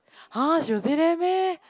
!huh! she will say that meh